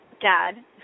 dad